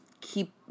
keep